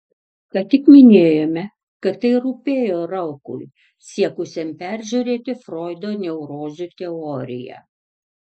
ką tik minėjome kad tai rūpėjo raukui siekusiam peržiūrėti froido neurozių teoriją